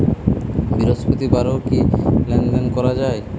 বৃহস্পতিবারেও কি লেনদেন করা যায়?